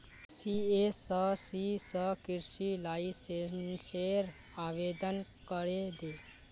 CSC स कृषि लाइसेंसेर आवेदन करे दे